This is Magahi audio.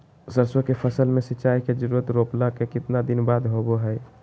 सरसों के फसल में सिंचाई के जरूरत रोपला के कितना दिन बाद होबो हय?